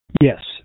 Yes